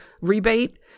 rebate